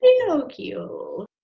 Pinocchio